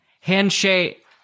Handshake